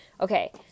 Okay